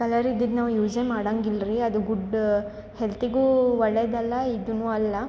colour ಇದ್ದಿದ್ದು ನಾವು ಯೂಸೇ ಮಾಡಂಗಿಲ್ಲರಿ ಅದು ಗುಡ್ ಹೆಲ್ತಿಗೂ ಒಳ್ಳೆಯದಲ್ಲ ಇದೂ ಅಲ್ಲ